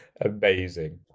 Amazing